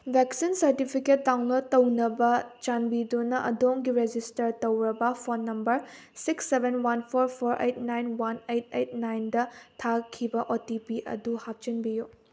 vaccine certificate download ꯇꯧꯅꯕ ꯆꯥꯟꯕꯤꯗꯨꯅ ꯑꯗꯣꯝꯒꯤ ꯔꯦꯖꯤꯁꯇꯔ ꯇꯧꯔꯒ phone number six seven one four four eight nine one eight eight ꯅꯥꯏꯟꯗ ꯊꯥꯈꯤꯕ ꯑꯣ ꯇꯤ ꯄꯤ ꯑꯗꯨ ꯍꯥꯞꯆꯤꯟꯕꯤꯌꯨ